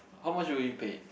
how much were you paid